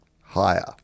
Higher